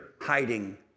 hiding